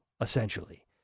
essentially